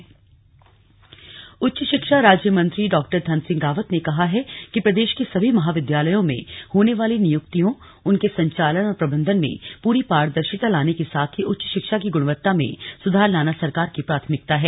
धन सिंह रावत उच्च शिक्षा राज्य मंत्री डॉ धन सिंह रावत ने कहा है कि प्रदेश के सभी महाविद्यालयों में होने वाली नियुक्तियों उनके संचालन और प्रबन्धन में पूरी पारदर्शिता लाने के साथ ही उच्च शिक्षा की गृणवत्ता में सुधार लाना सरकार की प्राथमिकता है